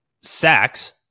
sacks